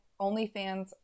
OnlyFans